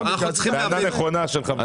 הערה נכונה של החברים.